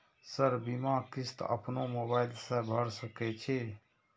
Sir बीमा किस्त अपनो मोबाईल से भर सके छी?